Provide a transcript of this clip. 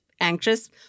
anxious